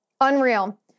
Unreal